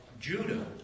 Judah